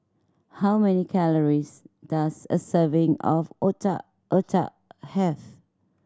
how many calories does a serving of Otak Otak have